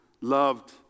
loved